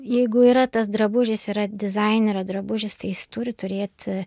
jeigu yra tas drabužis yra dizainerio drabužis tai jis turi turėti